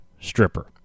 stripper